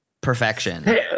perfection